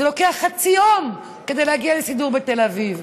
זה לוקח חצי יום כדי להגיע לסידור בתל אביב.